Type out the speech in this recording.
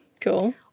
Cool